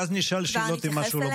אלא כעס על מה שקורה עכשיו.